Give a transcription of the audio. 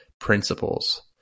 principles